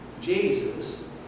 Jesus